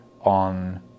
on